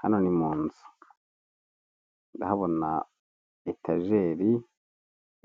Hano ni muzu ndabona etajeri